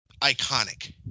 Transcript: iconic